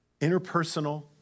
interpersonal